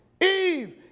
Eve